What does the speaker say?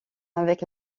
avec